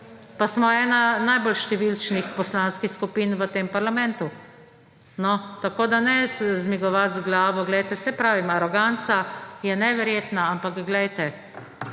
Pa smo ena najbolj številčnih poslanskih skupin v tem parlamentu. Ne zmajevati z glavo, poglejte, saj pravim, aroganca je neverjetna, ampak glejte,